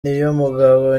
niyomugabo